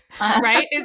Right